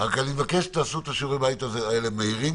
רק אני מבקש שתעשו את שיעורי הבית האלה מהירים,